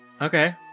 Okay